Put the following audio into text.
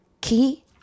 Key